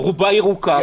רובה ירוקה.